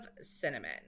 cinnamon